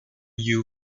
you